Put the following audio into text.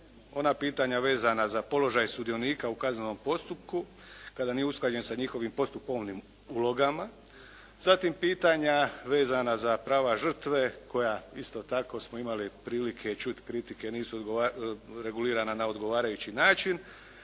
ona pitanja vezana za položaj sudionika u kaznenom postupku kada nije usklađen sa njihovim postupovnim ulogama. Zatim pitanja vezana za prava žrtve koja isto tako smo imali prilike čuti kritike nisu regulirana na odgovarajući način